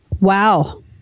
Wow